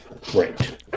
great